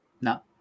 no